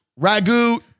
ragu